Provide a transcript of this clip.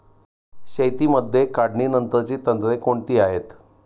शेतीमध्ये काढणीनंतरची तंत्रे कोणती आहेत?